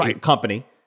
company